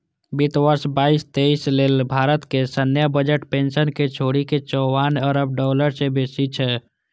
वित्त वर्ष बाईस तेइस लेल भारतक सैन्य बजट पेंशन कें छोड़ि के चौवन अरब डॉलर सं बेसी छै